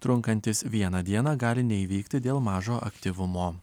trunkantis vieną dieną gali neįvykti dėl mažo aktyvumo